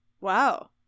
Wow